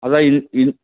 അതെ ഇൻ ഇൻ